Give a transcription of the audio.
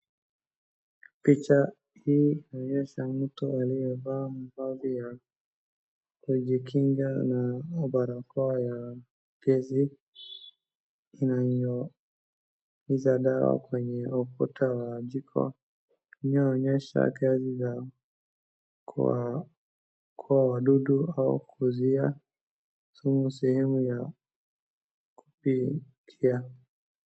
Picha hii inaonyesha mtu aliyevaa mavazi ya kujikinga na barakoa ya gas inanyunyiza dawa kwenye ukuta wa jengo inaonesha kazi za kuua wadudu au kuzuia sumu sehemu ya kupiga.